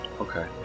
okay